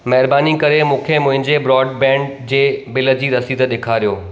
महिरबानी करे मूंखे मुंहिंजे ब्रॉडबैंड जे बिल जी रसीद ॾेखारियो